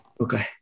Okay